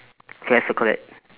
so I circle it